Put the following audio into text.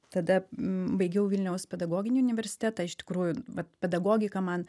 tada baigiau vilniaus pedagoginį universitetą iš tikrųjų vat pedagogika man